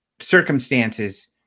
circumstances